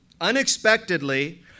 unexpectedly